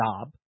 job